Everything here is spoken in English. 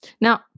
Now